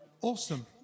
awesome